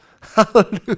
hallelujah